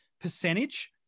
percentage